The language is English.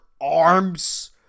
arms